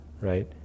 right